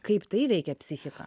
kaip tai veikia psichiką